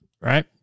right